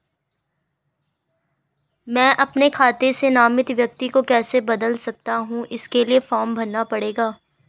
मैं अपने खाते से नामित व्यक्ति को कैसे बदल सकता हूँ इसके लिए फॉर्म भरना पड़ेगा?